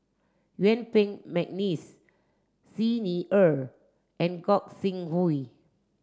Yuen Peng McNeice Xi Ni Er and Gog Sing Hooi